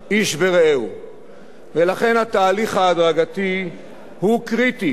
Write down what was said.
ולכן, התהליך ההדרגתי הוא קריטי כדי שנצליח במהלך.